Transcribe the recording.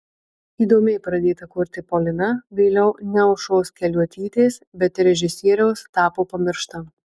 įdomiai pradėta kurti polina vėliau ne aušros keliuotytės bet režisieriaus tapo pamiršta